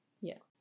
Yes